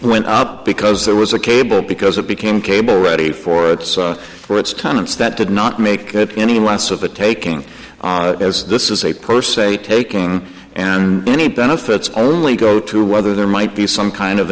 went up because there was a cable because it became cable ready for its for its time its that did not make it any less of a taking on it as this is a per se taking and any benefits only go to whether there might be some kind of